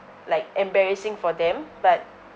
like embarrassing for them but